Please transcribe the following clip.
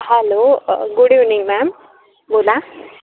hello good evening ma'am बोला